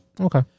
Okay